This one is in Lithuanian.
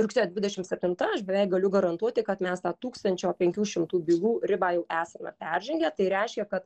rugsėjo dvidešim septinta aš beveik galiu garantuoti kad mes tą tūkstančio penkių šimtų bylų ribą jau esame peržengę tai reiškia kad